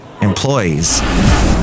employees